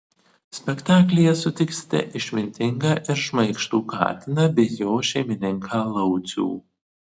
spektaklyje sutiksite išmintingą ir šmaikštų katiną bei jo šeimininką laucių